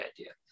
idea